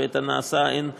ואת הנעשה אין להשיב.